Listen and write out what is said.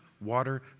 water